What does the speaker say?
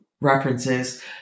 references